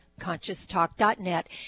ConsciousTalk.net